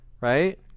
Right